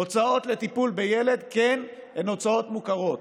הוצאות על טיפול בילד, כן, הן הוצאות מוכרות.